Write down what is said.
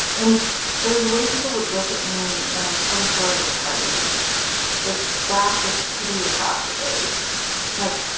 and there was a way people would look at me when i'd tell the story at parties this flash of pity across the face like,